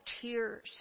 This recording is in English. tears